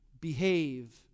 behave